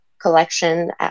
collection